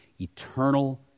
eternal